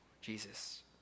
Jesus